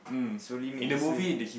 slowly made his way